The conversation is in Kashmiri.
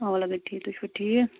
آ لَگس ٹھیٖک تُہۍ چھِوٕ ٹھیٖک